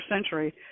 century